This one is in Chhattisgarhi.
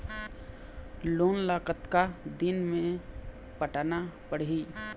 लोन ला कतका दिन मे पटाना पड़ही?